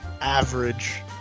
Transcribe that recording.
Average